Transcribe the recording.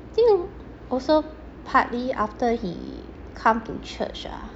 I think also partly after he come to church ah